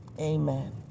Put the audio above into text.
Amen